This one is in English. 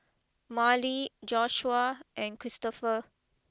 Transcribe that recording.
Marlee Joshuah and Cristopher